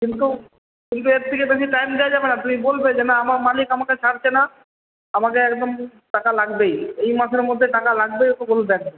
কিন্তু কিন্তু এর থেকে বেশি টাইম দেওয়া যাবে না তুমি বলবে যে না আমার মালিক আমাকে ছাড়ছে না আমাকে একদম টাকা লাগবেই এই মাসের মধ্যে টাকা লাগবেই ওকে বলে